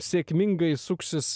sėkmingai suksis